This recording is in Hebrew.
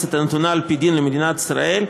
המתייחסת והנתונה על פי דין למדינת ישראל,